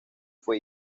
fue